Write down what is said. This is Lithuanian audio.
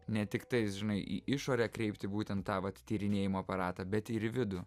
ne tiktais žinai į išorę kreipti būtent tą vat tyrinėjimo aparatą bet ir į vidų